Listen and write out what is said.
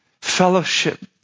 fellowship